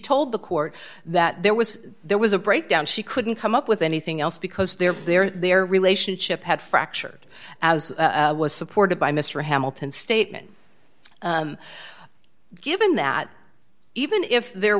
told the court that there was there was a breakdown she couldn't come up with anything else because there their relationship had fractured as was supported by mr hamilton statement given that even if there